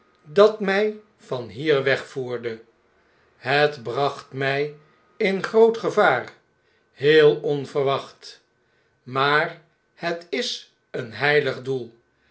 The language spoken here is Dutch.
dat mjj van hier wegvoerde het bracht mg in groot gevaar heel onverwacht maar het is een heilig doel